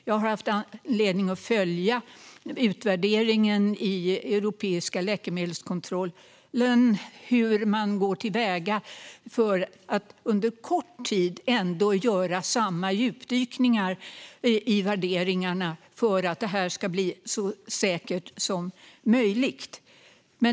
Jag har haft anledning att följa utvärderingen i den europeiska läkemedelskontrollen och hur man går till väga för att på kort tid ändå göra samma djupdykningar i värderingarna för att detta ska bli så säkert som möjligt.